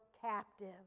captive